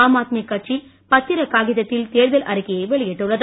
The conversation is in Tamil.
ஆம் ஆத்மி கட்சி பத்திரக் காகிதத்தில் தேர்தல் அறிக்கையை வெளியிட்டுள்ளது